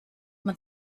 man